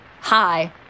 Hi